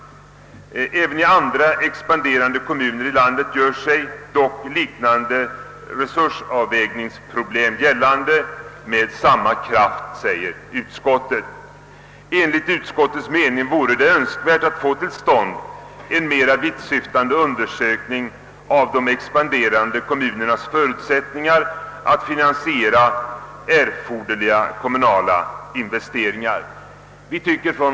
Även i andra expanderande kommuner i landet gör sig dock liknande resursavvägningsproblem gällande med samma kraft.» Utskottsmajoriteten anför vidare att det enligt dess uppfattning vore »önskvärt att få till stånd en mera vittsyftande undersökning av de expanderande kommunernas förutsättningar att finansiera erforderliga kommunala investeringar».